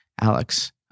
Alex